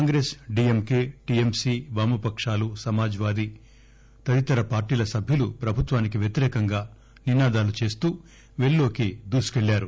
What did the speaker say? Congress DMK TMC వామపకాలు Samajwadi తదితర పార్టీల సభ్యులు ప్రభుత్వానికి వ్యతిరేకంగా నినాదాలు చేస్తూ పెల్ లోకి దూసుకెళ్ళారు